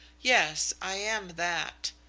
yes, i am that.